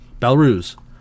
belarus